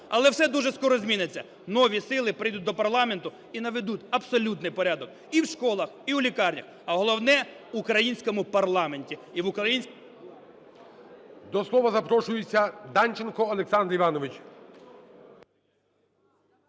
Але все дуже скоро зміниться. Нові сили прийдуть до парламенту і наведуть абсолютний порядок і в школах, і у лікарнях, а головне – в українському парламенті